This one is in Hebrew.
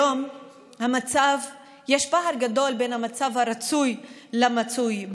היום יש פער גדול בין המצב הרצוי למצוי,